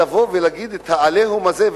לבוא ולהגיד את ה"עליהום" הזה,